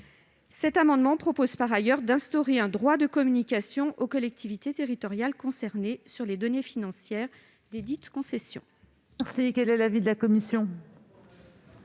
L'amendement vise par ailleurs à instaurer un droit de communication aux collectivités territoriales concernées sur les données financières des concessions.